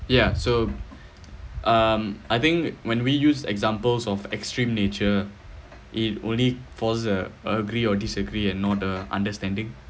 yeah so um I think when we use examples of extreme nature it only cause a agree or disagree and know the understanding